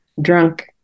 drunk